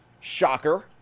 Shocker